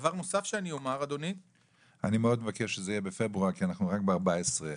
אני מאוד מבקש שזה יהיה בפברואר כי אנחנו רק ב-14,